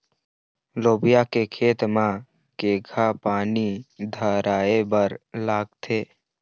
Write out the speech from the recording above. लोबिया के खेती म केघा पानी धराएबर लागथे?